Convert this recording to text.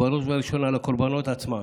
ובראש וראשונה לקורבנות עצמם,